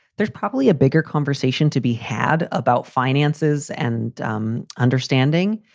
there's probably a bigger conversation to be had about finances and um understanding.